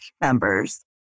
members